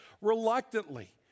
reluctantly